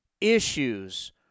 issues